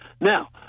Now